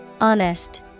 Honest